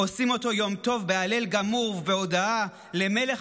עושים אותו יום טוב בהלל גמור ובהודאה למלך